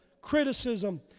criticism